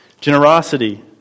Generosity